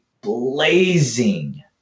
blazing